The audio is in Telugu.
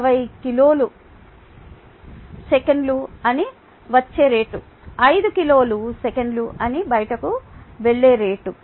20 కిలోలు సెకన్లు అది వచ్చే రేటు 5 కిలోలు సెకన్లు అది బయటకు వెళ్ళే రేటు